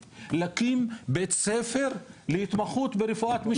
להקים בית ספר להתמחות ברפואת משפחה.